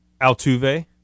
Altuve